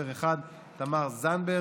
חברה אחת: תמר זנדברג.